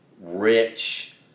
rich